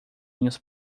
minhas